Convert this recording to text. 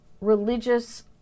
religious